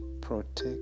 Protect